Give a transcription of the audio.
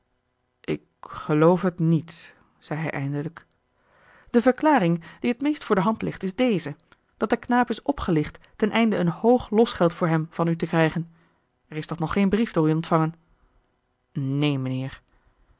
ik geloof het niet zei hij eindelijk de verklaring die het meest voor de hand ligt is deze dat de knaap is opgelicht ten einde een hoog losgeld voor hem van u te krijgen er is toch nog geen brief door u ontvangen neen mijnheer